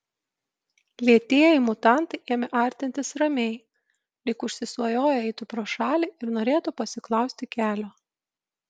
lėtieji mutantai ėmė artintis ramiai lyg užsisvajoję eitų pro šalį ir norėtų pasiklausti kelio